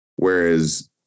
Whereas